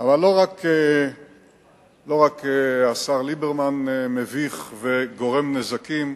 לא רק השר ליברמן מביך וגורם נזקים,